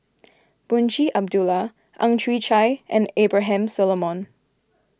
Munshi Abdullah Ang Chwee Chai and Abraham Solomon